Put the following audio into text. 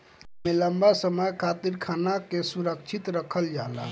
एमे लंबा समय खातिर खाना के सुरक्षित रखल जाला